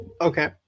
Okay